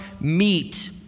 meet